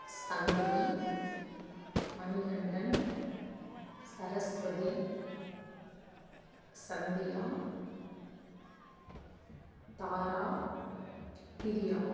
Sangavi Manikandan Saraswathi Sandhya Tara Priya